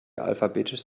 alphabetisch